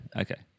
okay